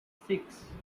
six